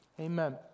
Amen